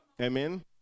Amen